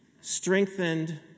Strengthened